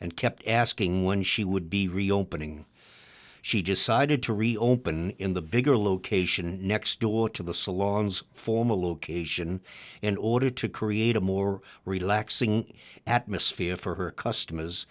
and kept asking when she would be reopening she decided to reopen in the bigger location next door to the salons form a location in order to create a more relaxing atmosphere for her customers